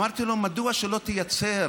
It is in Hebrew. מדוע שלא תייצר